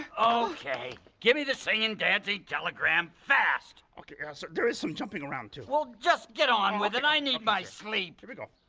okay, gimme the singing, dancing telegram fast. okay yeah sir there is some jumping around too. well just get on with it i need my sleep. here we go.